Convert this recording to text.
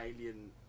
alien